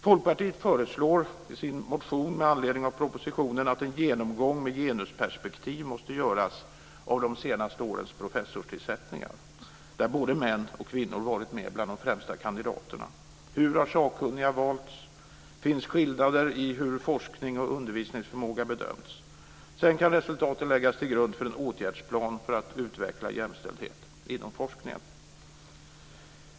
Folkpartiet föreslår i sin motion med anledning av propositionen att en genomgång med genusperspektiv måste göras av de senaste årens professorstillsättningar, där både män och kvinnor varit bland de främsta kandidaterna. Hur har sakkunniga valts? Finns skillnader i hur forskning och undervisningsförmåga bedömts? Sedan kan resultaten läggas till grund för en åtgärdsplan för att utveckla jämställdhet inom forskningen.